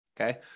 okay